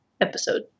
episode